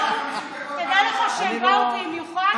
תדע לך שהם באו במיוחד.